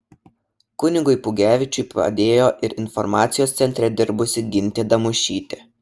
kunigui pugevičiui padėjo ir informacijos centre dirbusi gintė damušytė